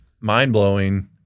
mind-blowing